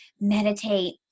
meditate